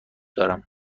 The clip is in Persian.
دارم